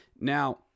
Now